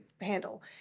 handle